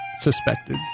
Suspected